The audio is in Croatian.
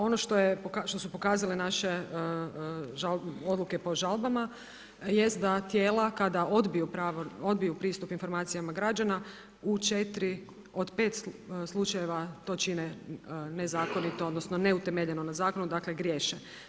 Ono što su pokazale naše odluke po žalbama jest da tijela kada odbiju pristup informacijama građana u 4 od 5 slučajeva to čine nezakonito, odnosno neutemeljeno na zakonu, dakle griješe.